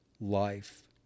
life